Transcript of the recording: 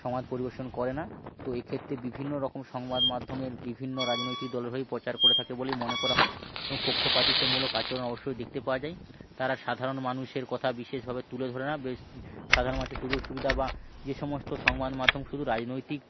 সংবাদ পরিবেশন করে না তো এই ক্ষেত্রে বিভিন্ন রকম সংবাদ মাধ্যমের বিভিন্ন রাজনৈতিক দলের হয়েই প্রচার করে থাকে বলেই মনে করা হয় এবং পক্ষপাতিত্বমূলক আচরণ অবশ্যই দেখতে পাওয়া যায় তারা সাধারণ মানুষের কথা বিশেষভাবে তুলে ধরে না বেশ সাধারণ মানুষের সুযোগ সুবিধা বা যে সমস্ত সংবাদ মাধ্যম শুধু রাজনৈতিক